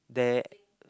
there